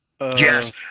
Yes